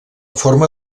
forma